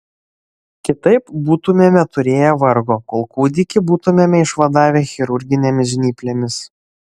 kitaip būtumėme turėję vargo kol kūdikį būtumėme išvadavę chirurginėmis žnyplėmis